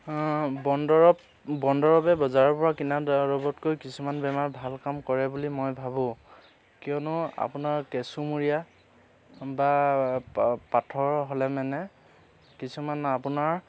বনদৰৱ বনদৰৱে বজাৰৰ পৰা কিনা দৰৱতকৈ কিছুমান বেমাৰ ভাল কাম কৰে বুলি মই ভাবোঁ কিয়নো আপোনাৰ কেঁচুমূৰীয়া বা পা পাথৰ হ'লে মানে কিছুমান আপোনাৰ